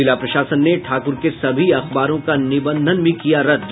जिला प्रशासन ने ठाकुर के सभी अखबारों का निबंधन किया रद्द